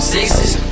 Sixes